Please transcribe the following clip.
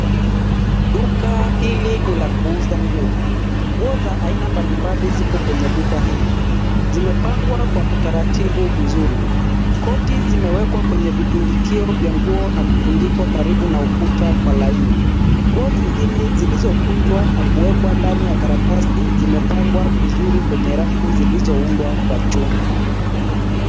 Duka hili ni la kuuza nguo. Nguo za aina mbalimbali zipo kwenye duka hili, zimepangwa kwa utaratibu mzuri. Koti zimewekwa kwenye vitundikio vya nguo na kutundikwa karibu na ukuta kwa laini. Nguo zingine zilizokunjwa na kuwekwa ndani ya karatasi zimepangwa vizuri kwenye rafu zilizoundwa kwa chuma.